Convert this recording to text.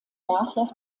nachlass